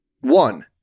one